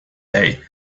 day